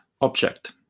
object